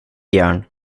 björn